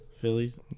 Phillies